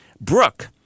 Brooke